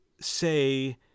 say